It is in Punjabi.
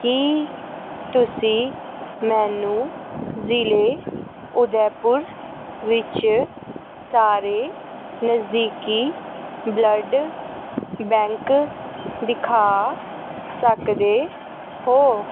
ਕੀ ਤੁਸੀਂ ਮੈਨੂੰ ਜ਼ਿਲ੍ਹੇ ਉਦੈਪੁਰ ਵਿੱਚ ਸਾਰੇ ਨਜ਼ਦੀਕੀ ਬਲੱਡ ਬੈਂਕ ਦਿਖਾ ਸਕਦੇ ਹੋ